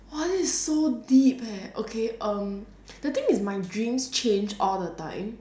!wah! this is so deep eh okay um the thing is my dreams change all the time